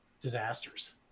disasters